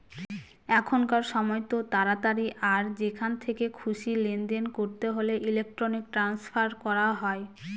এখনকার সময়তো তাড়াতাড়ি আর যেখান থেকে খুশি লেনদেন করতে হলে ইলেক্ট্রনিক ট্রান্সফার করা হয়